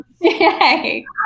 Yay